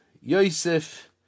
Yosef